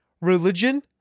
Religion